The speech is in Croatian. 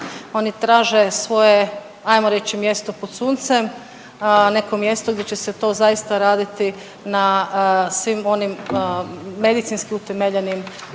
Oni traže svoje ajmo reći mjesto pod suncem, neko mjesto gdje će se to zaista raditi na svim onim medicinski utemeljenim